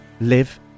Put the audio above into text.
live